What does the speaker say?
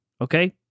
Okay